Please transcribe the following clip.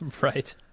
Right